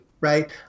right